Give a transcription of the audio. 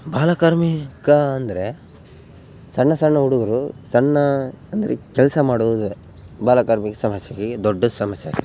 ಬಾಲಕಾರ್ಮಿಕ ಅಂದರೆ ಸಣ್ಣ ಸಣ್ಣ ಹುಡುಗ್ರು ಸಣ್ಣ ಅಂದರೆ ಕೆಲಸ ಮಾಡುವುದೆ ಬಾಲಕಾರ್ಮಿಕ ಸಮಸ್ಯೆಗೆ ದೊಡ್ಡ ಸಮಸ್ಯೆ